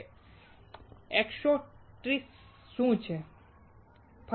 extrinsic શું છે